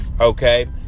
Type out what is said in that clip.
Okay